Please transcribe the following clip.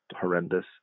horrendous